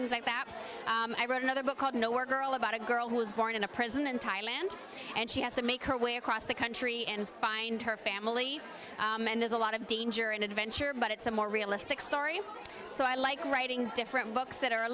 things like that i wrote another book called no work girl about a girl who was born in a prison in thailand and she has to make her way across the country and find her family and there's a lot of danger and adventure but it's a more realistic story so i like writing different books that are a